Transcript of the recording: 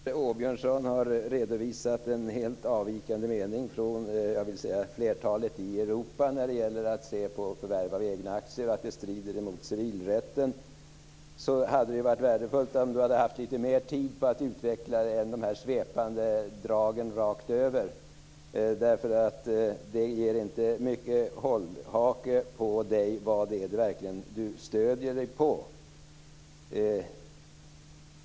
Fru talman! I en sådan här fråga, där Rolf Åbjörnsson har redovisat en helt avvikande mening i förhållande till flertalet i Europa när det gäller att förvärv av egna aktier strider mot civilrätten, hade det varit värdefullt om han hade haft lite mer tid för att utveckla de svepande dragen rakt över. De ger inte mycket hållhake på vad det egentligen är han stöder sig på.